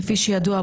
כפי שידוע,